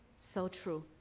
so true.